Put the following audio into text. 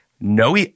No